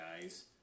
guys